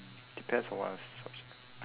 depends on what subject